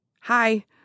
Hi